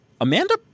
Amanda